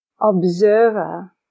observer